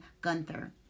Gunther